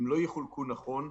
אם לא יחולקו נכון,